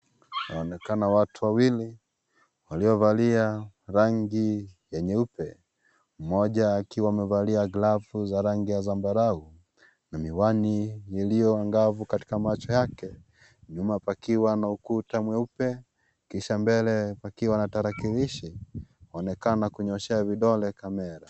Inaonekana watu wawili, waliovalia rangi ya nyeupe, mmoja akiwa amevalia glavu za rangi ya zambarau na miwani iliyo angavu katika macho yake. Nyuma pakiwa na ukuta mweupe, kisha mbele pakiwa na tarakilishi inaonekana kunyoshea vidole kamera.